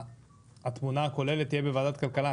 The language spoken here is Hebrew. התמונה הכוללת תהיה בוועדת הכלכלה.